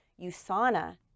Usana